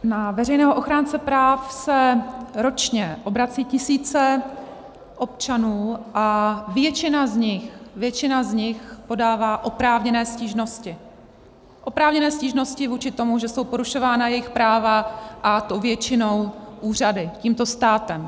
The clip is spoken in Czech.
Na veřejného ochránce práv se ročně obracejí tisíce občanů a většina z nich, většina z nich podává oprávněné stížnosti, oprávněné stížnosti vůči tomu, že jsou porušována jejich práva, a to většinou úřady, tímto státem.